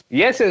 Yes